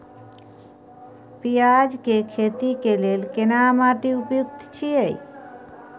पियाज के खेती के लेल केना माटी उपयुक्त छियै?